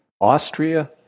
Austria